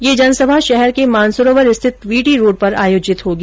यह जनसभा शहर के मानसरोवर स्थित वीटी रोड पर आयोजित होगी